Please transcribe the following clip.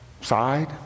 side